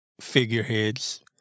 figureheads